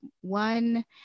one